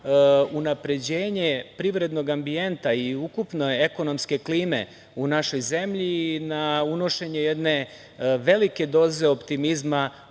unapređenje privrednog ambijenta i ukupne ekonomske klime u našoj zemlji i na unošenje jedne velike doze optimizma